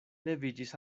leviĝis